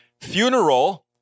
funeral